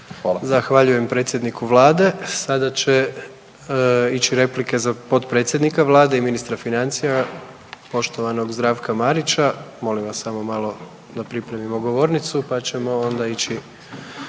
Zahvaljujem predsjedniku Vlade, sada će ići replike za potpredsjednika Vlade i ministra financija, poštovanog Zdravka Marića, molim vas samo malo da pripremimo govornicu, pa ćemo onda ići